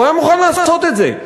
הוא היה מוכן לעשות את זה,